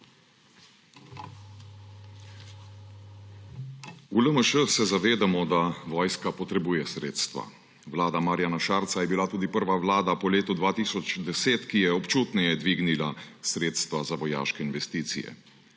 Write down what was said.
V LMŠ se zavedamo, da vojska potrebuje sredstva. Vlada Marjana Šarca je bila tudi prva vlada po letu 2010, ki je občutneje dvignila sredstva za vojaške investicije.